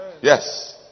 Yes